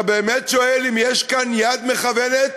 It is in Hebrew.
אתה באמת שואל האם יש כאן יד מכוונת